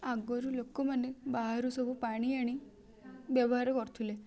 ଆଗୁରୁ ଲୋକମାନେ ବାହାରୁ ସବୁ ପାଣି ଆଣି ବ୍ୟବହାର କରୁଥୁଲେ